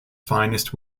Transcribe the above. finest